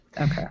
Okay